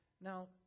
Now